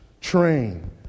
train